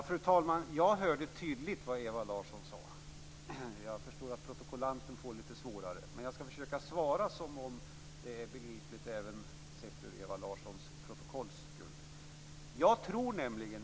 Fru talman!